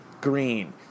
Green